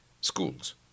schools